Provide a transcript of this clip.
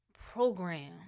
Program